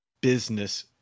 business